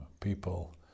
people